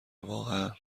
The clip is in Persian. واقعا